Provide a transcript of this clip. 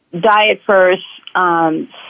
diet-first